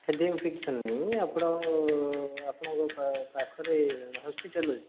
ସେଥିପାଇଁ ଫିକ୍ସ ନାହିଁ ଆପଣ ଆପଣଙ୍କ ପା ପାଖରେ ହସ୍ପିଟାଲ୍ ଅଛି